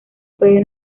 puede